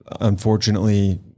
unfortunately